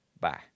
Bye